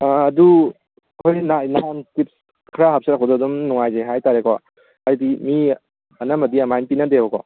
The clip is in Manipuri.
ꯑꯗꯨ ꯑꯩꯈꯣꯏ ꯅꯍꯥꯟ ꯇꯤꯞꯁ ꯈꯔ ꯍꯥꯞꯆꯔꯛꯄꯗꯣ ꯑꯗꯨꯝ ꯅꯨꯡꯉꯥꯏꯖꯩ ꯍꯥꯏꯕ ꯇꯥꯔꯦꯀꯣ ꯍꯥꯏꯕꯗꯤ ꯃꯤ ꯑꯅꯝꯕꯗꯤ ꯑꯗꯨꯃꯥꯏꯅ ꯄꯤꯅꯗꯦꯕꯀꯣ